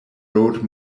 road